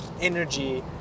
energy